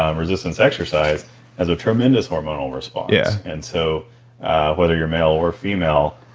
um resistance exercise has a tremendous hormonal response yeah and so whether your male or female,